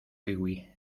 kiwi